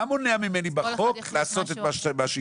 מה מונע ממני, בחוק, לעשות את זה?